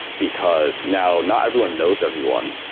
because now not everyone knows everyone,